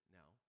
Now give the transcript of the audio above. now